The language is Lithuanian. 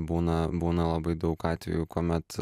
būna būna labai daug atvejų kuomet